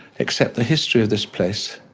except the history of this place